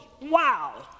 Wow